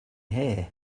here